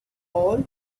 all